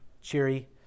cheery